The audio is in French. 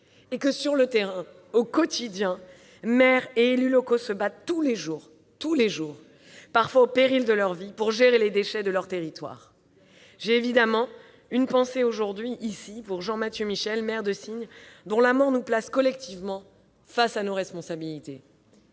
sujets. Sur le terrain, au quotidien, maires et élus locaux se battent tous les jours, parfois au péril de leur vie, pour gérer les déchets de leur territoire. J'ai évidemment une pensée à cet instant pour Jean-Mathieu Michel, maire de Signes, dont la mort nous place collectivement face à nos responsabilités.